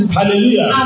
Hallelujah